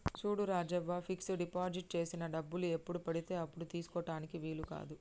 చూడు Rajavva fix deposit చేసిన డబ్బులు ఎప్పుడు పడితే అప్పుడు తీసుకుటానికి వీలు కాదు